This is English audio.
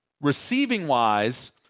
Receiving-wise